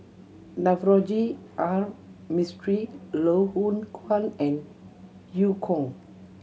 Navroji R Mistri Loh Hoong Kwan and Eu Kong